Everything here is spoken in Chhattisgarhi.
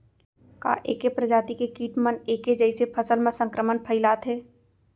का ऐके प्रजाति के किट मन ऐके जइसे फसल म संक्रमण फइलाथें?